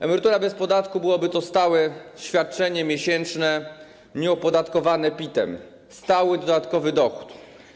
Emerytura bez podatku byłoby to stałe świadczenie miesięczne nieopodatkowane PIT-em, stały dodatkowy dochód.